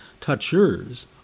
Touchers